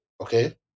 okay